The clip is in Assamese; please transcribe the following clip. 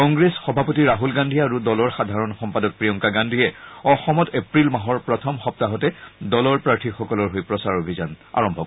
কংগ্ৰেছ সভাপতি ৰাহুল গান্ধী আৰু দলৰ সাধাৰণ সম্পাদক প্ৰিয়ংকা গান্ধীয়ে অসমত এপ্ৰিল মাহৰ প্ৰথম সপ্তাহতে দলৰ প্ৰাৰ্থীসকলৰ হৈ প্ৰচাৰ অভিযানৰ আৰম্ভ কৰিব